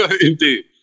Indeed